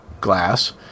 glass